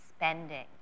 spending